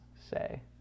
say